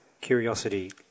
curiosity